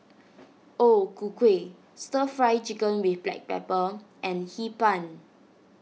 O Ku Kueh Stir Fry Chicken with Black Pepper and Hee Pan